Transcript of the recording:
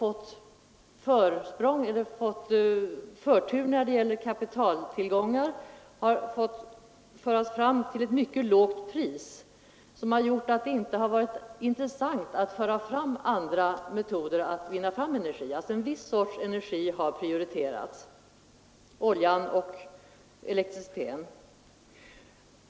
Den har helt och hållet undandragits marknadskrafterna och fått försäljas till ett mycket lågt pris, vilket gjort att det inte varit intressant att komma fram med andra metoder att utvinna energi.